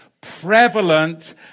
Prevalent